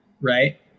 right